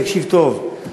תקשיב טוב,